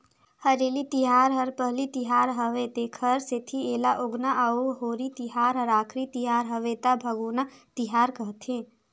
हरेली तिहार हर पहिली तिहार हवे तेखर सेंथी एला उगोना अउ होरी तिहार हर आखरी तिहर हवे त भागोना तिहार कहथें